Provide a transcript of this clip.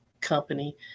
company